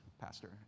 Pastor